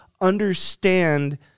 understand